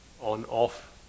on-off